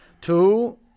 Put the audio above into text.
two